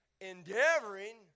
endeavoring